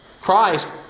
Christ